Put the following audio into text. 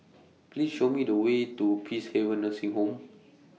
Please Show Me The Way to Peacehaven Nursing Home